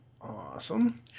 Awesome